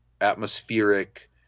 atmospheric